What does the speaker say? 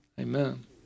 Amen